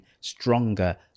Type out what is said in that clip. stronger